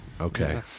Okay